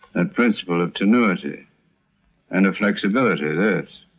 and principle of tenuity and of flexibility. this,